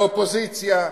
מהאופוזיציה.